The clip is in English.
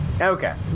Okay